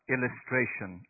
Illustration